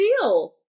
deal